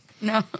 No